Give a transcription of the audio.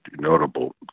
notable